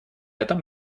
этом